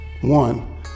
One